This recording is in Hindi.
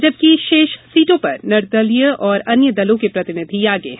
जबकि शेष सीटों पर निर्दलीय और अन्य दलों के प्रतिनिधि आगे हैं